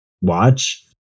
watch